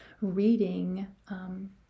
reading